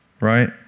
Right